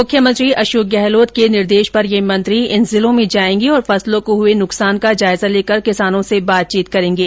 मुख्यमंत्री अशोक गहलोत के निर्देश पर ये मंत्री इन जिलों में जाएंगे और फसलों को हुए नुकसान का जायजा लेकर किसानों से बातचीत करेगें